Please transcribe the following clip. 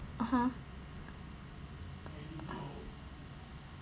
(uh huh)